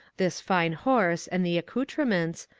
this fine horse and the accoutrements,